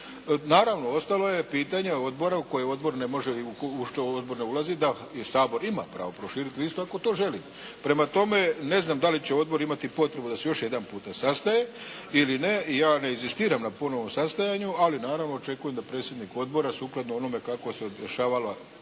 Naravno ostalo je pitanje odbore koje odbor ne može i u što odbor ne ulazi, da Sabor ima pravo proširiti listu ako to želi. Prema tome ne znam da li će odbor imati potrebu da se još jedanput sastaje ili ne, ja ne inzistiram na ponovnom sastajanju, ali naravno očekujem da predsjednik odbora sukladno onome kako se dešavala